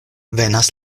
venas